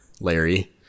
Larry